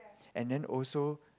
and then also